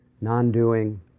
non-doing